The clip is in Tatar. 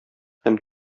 һәм